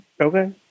Okay